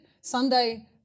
Sunday